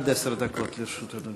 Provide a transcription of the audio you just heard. עד עשר דקות לרשות אדוני.